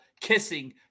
kissing